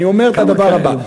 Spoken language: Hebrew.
אני אומר את הדבר הבא: